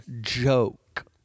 joke